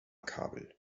kabel